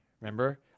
Remember